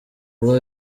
rugo